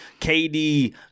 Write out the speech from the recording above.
KD